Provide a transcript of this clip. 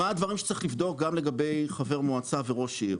מה הדברים שצריך לבדוק גם לגבי חבר מועצה וראש עיר.